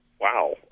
wow